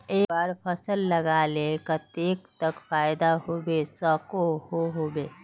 एक बार फसल लगाले कतेक तक फायदा होबे सकोहो होबे?